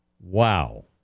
Wow